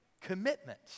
Commitment